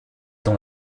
dans